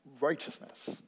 Righteousness